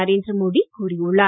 நரேந்திர மோடி கூறியுள்ளார்